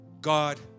God